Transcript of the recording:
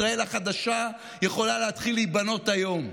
ישראל החדשה יכולה להתחיל להיבנות היום.